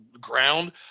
ground